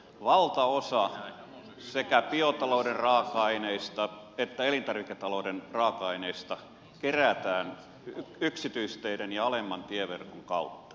valtaosa sekä biotalouden raaka aineista että elintarviketalouden raaka aineista kerätään yksityisteiden ja alemman tieverkon kautta